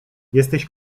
jesteś